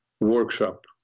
workshop